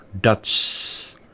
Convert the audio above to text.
Dutch